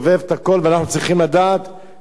ואנחנו צריכים לדעת ולהאמין.